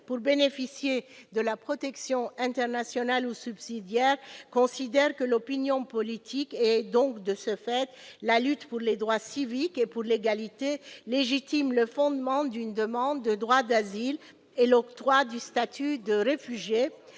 pour bénéficier de la protection internationale ou subsidiaire considèrent que l'opinion politique et donc, de ce fait, la lutte pour les droits civiques et pour l'égalité légitiment une demande de droit d'asile et l'octroi du statut de réfugié,